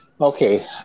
Okay